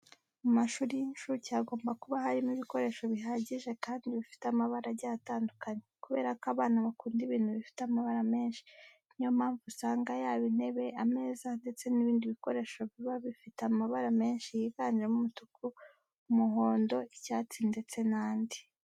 Mu mashuri y'inshuke hagomba kuba harimo ibikoresho bihagije kandi bifite amabara agiye atandukanye kubera ko abana bakunda ibintu bifite amabara menshi. Niyo mpamvu usanga yaba intebe, ameza ndetse n'ibindi bikoresho biba bifite amabara menshi yiganjemo umutuku, umuhondo, icyatsi ndetse n'andi.